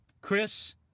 Chris